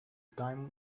time